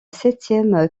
septième